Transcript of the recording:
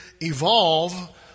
evolve